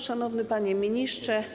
Szanowny Panie Ministrze!